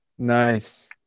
nice